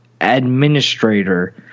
administrator